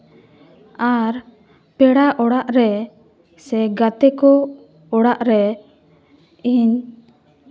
ᱟᱨ ᱯᱮᱲᱟ ᱚᱲᱟᱜ ᱨᱮ ᱥᱮ ᱜᱟᱛᱮ ᱠᱚ ᱚᱲᱟᱜ ᱨᱮ ᱤᱧ